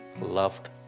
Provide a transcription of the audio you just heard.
loved